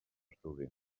estudi